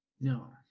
No